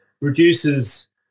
reduces